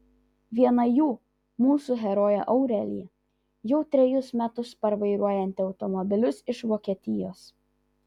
viena jų mūsų herojė aurelija jau trejus metus parvairuojanti automobilius iš vokietijos